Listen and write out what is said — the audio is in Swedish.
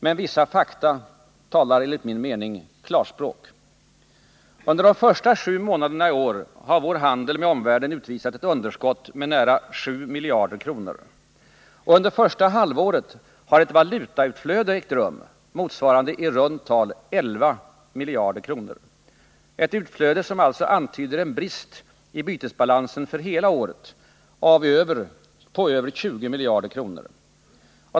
Men vissa fakta talar enligt min mening klarspråk. Under de första sju månaderna i år har vår handel med omvärlden utvisat ett underskott med nära 7 miljarder kronor. Under första halvåret har ett valutautflöde ägt rum motsvarande i runt tal 11 miljarder kronor, ett utflöde som antyder ett underskott i bytesbalansen för hela år 1980 på över 20 miljarder kronor.